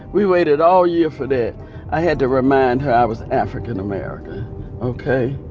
we waited all year for that i had to remind her i was african american ok?